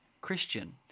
Christian